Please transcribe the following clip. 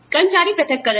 कर्मचारी पृथक्करण